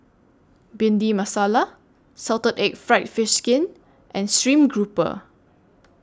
Bhindi Masala Salted Egg Fried Fish Skin and Stream Grouper